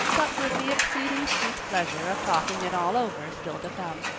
but with the exceeding sweet pleasure of talking it all over still to come.